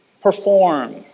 perform